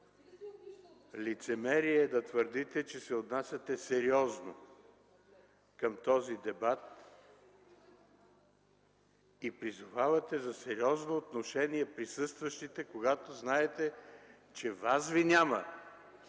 Лицемерие е да твърдите, че се отнасяте сериозно към този дебат и призовавате за сериозно отношение присъстващите, когато знаете, че вас ви няма!